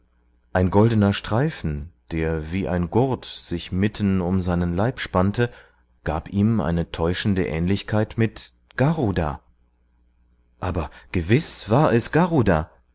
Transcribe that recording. ein goldener streifen der wie ein gurt sich mitten um seinen leib spannte gab ihm eine täuschende ähnlichkeit mit garuda aber gewiß war es